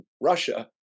Russia